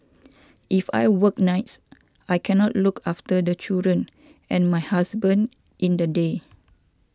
if I work nights I cannot look after the children and my husband in the day